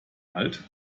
halt